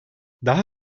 daha